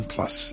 Plus